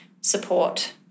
support